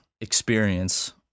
experience